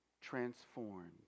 Transformed